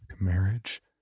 marriage